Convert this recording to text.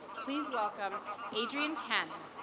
please welcome adrienne cannon.